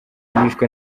bishwe